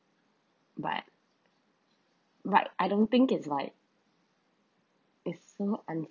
but but I don't think it's like it's so un~